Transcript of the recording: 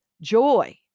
joy